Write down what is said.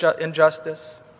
injustice